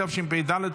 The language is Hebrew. התשפ"ד 2024,